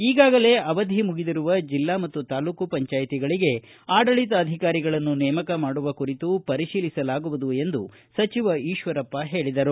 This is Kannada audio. ಈಗಾಗಲೇ ಅವಧಿ ಮುಗಿದಿರುವ ಜಿಲ್ಲಾ ಮತ್ತು ತಾಲೂಕು ಪಂಜಾಯಿತಿಗಳಿಗೆ ಆಡಳಿತಾಧಿಕಾರಿಗಳನ್ನು ನೇಮಕ ಮಾಡುವ ಕುರಿತು ಪರಿಶೀಲಿಸಲಾಗುವುದು ಎಂದು ಸಚಿವ ಈಶ್ವರಪ್ಪ ಹೇಳಿದರು